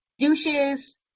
douches